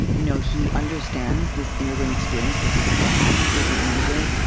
you know, he understands this immigrant experience because his dad was an immigrant.